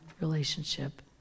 relationship